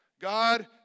God